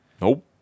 Nope